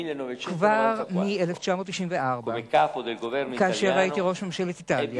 כבר ב-1994, כאשר הייתי ראש ממשלת איטליה,